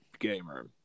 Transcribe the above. gamer